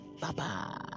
Bye-bye